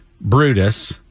Brutus